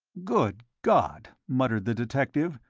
good god! muttered the detective,